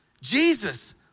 Jesus